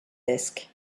desk